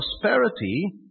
prosperity